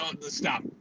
stop